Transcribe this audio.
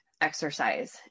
exercise